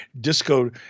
Disco